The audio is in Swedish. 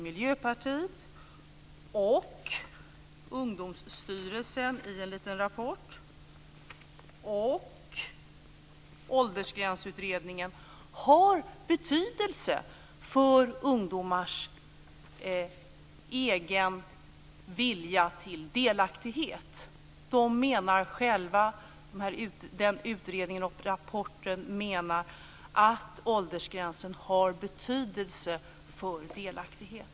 Miljöpartiet, Ungdomsstyrelsen och Åldersgränsutredningen anser att rösträttsåldern har betydelse för ungdomars egen vilja till delaktighet. Man menar i utredningen och rapporten att åldersgränsen har betydelse för delaktighet.